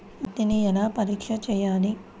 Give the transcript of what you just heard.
మట్టిని ఎలా పరీక్ష చేయాలి?